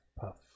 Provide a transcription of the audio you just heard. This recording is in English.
puff